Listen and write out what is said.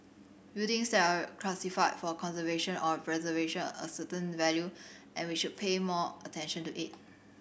buildings that are classified for conservation or preservation a certain value and we should pay more attention to it